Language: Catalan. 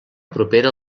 propera